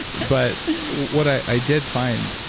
but what i did find,